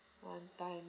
one time